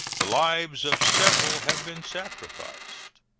the lives of several have been sacrificed,